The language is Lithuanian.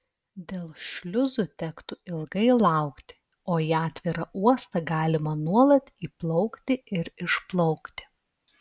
dėl šliuzų tektų ilgai laukti o į atvirą uostą galima nuolat įplaukti ir išplaukti